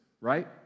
right